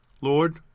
Lord